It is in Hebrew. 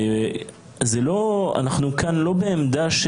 אנחנו כאן לא בעמדה,